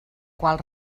qual